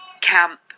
camp